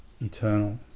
eternal